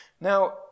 Now